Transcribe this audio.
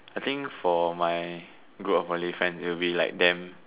I think for my group of Malay friends it'll be like them